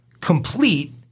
Complete